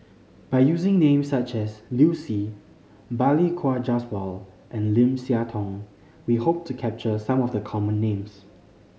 by using names such as Liu Si Balli Kaur Jaswal and Lim Siah Tong we hope to capture some of the common names